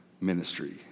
ministry